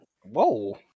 Whoa